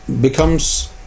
becomes